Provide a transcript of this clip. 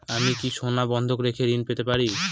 আমি কি সোনা বন্ধক রেখে ঋণ পেতে পারি?